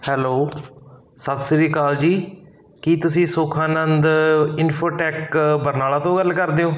hello ਸਤਿ ਸ਼੍ਰੀ ਅਕਾਲ ਜੀ ਕੀ ਤੁਸੀਂ ਸੁਖ ਆਨੰਦ ਇਨਫੋਟੈਕ ਬਰਨਾਲਾ ਤੋਂ ਗੱਲ ਕਰਦੇ ਹੋ